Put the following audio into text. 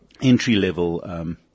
entry-level